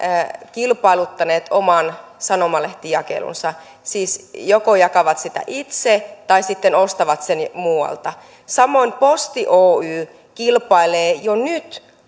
kilpailuttaneet oman sanomalehtijakelunsa siis joko jakavat sitä itse tai sitten ostavat sen muualta samoin posti oy kilpailee jo nyt